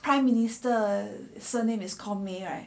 prime minister surname is called may right